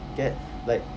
get like